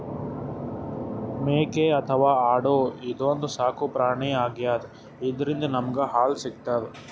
ಮೇಕೆ ಅಥವಾ ಆಡು ಇದೊಂದ್ ಸಾಕುಪ್ರಾಣಿ ಆಗ್ಯಾದ ಇದ್ರಿಂದ್ ನಮ್ಗ್ ಹಾಲ್ ಸಿಗ್ತದ್